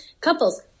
Couples